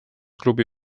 klubi